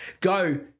go